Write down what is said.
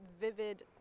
vivid